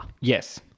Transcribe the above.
Yes